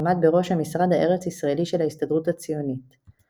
שעמד בראש "המשרד הארצישראלי" של ההסתדרות הציונית.